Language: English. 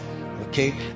okay